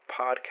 Podcast